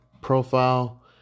profile